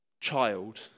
child